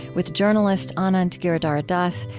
with journalist anand giridharadas,